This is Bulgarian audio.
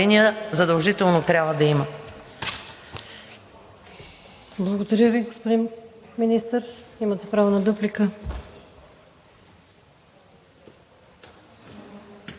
задължително трябва да има.